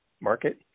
Market